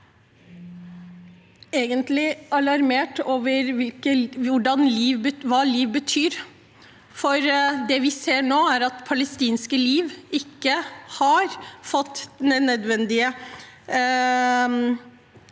vært alarmerte over hva et liv betyr. Det vi ser nå, er at palestinske liv ikke har fått den nødvendige